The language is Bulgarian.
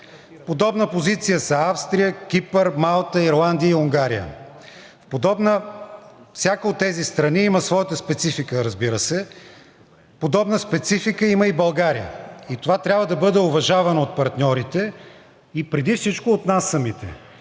подобна позиция са Австрия, Кипър, Малта, Ирландия и Унгария и всяка от тези страни има своята специфика. Разбира се, подобна специфика има и България. Това трябва да бъде уважавано от партньорите и преди всичко от нас самите